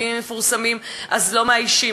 ואם הן מפורסמות אז לא מאיישים,